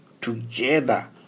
together